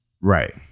Right